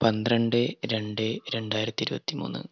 പന്ത്രണ്ട് രണ്ട് രണ്ടായിരത്തി ഇരുപത്തിമൂന്ന്